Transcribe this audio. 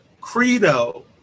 credo